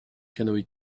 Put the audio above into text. canoë